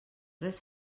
res